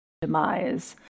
demise